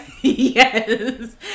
Yes